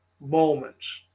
moments